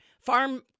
farm